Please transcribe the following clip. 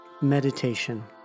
Meditation